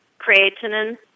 creatinine